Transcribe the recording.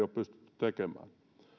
ole pystytty tekemään